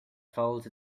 fouls